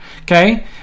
Okay